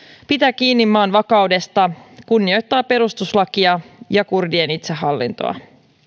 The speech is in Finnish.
pitää kiinni maan vakaudesta kunnioittaa perustuslakia ja kurdien itsehallintoa